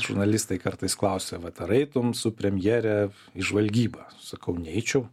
žurnalistai kartais klausia vat ar eitum su premjere į žvalgybą sakau neičiau